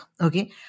Okay